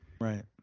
Right